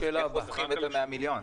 אז חוסכים את ה-100 מיליון?